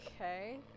Okay